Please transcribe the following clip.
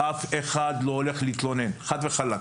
אף אחד לא הולך להתלונן, חד וחלק.